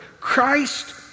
Christ